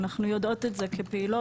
אנחנו יודעות את זה כפעילות,